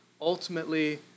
ultimately